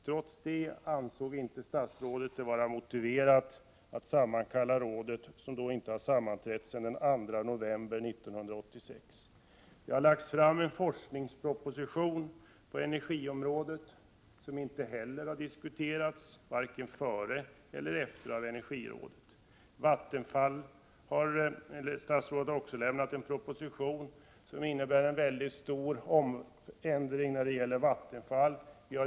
Trots detta ansåg statsrådet det inte vara motiverat att sammankalla rådet, som då inte hade sammanträtt sedan den 2 november 1986. Det har vidare lagts fram en forskningsproposition på energiområdet, som inte heller har diskuterats av energirådet — varken före eller efteråt. Statsrådet har också avlämnat en proposition som innebär en mycket stor förändring när det gäller Vattenfall.